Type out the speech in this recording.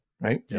right